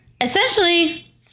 essentially